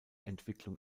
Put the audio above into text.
entwicklung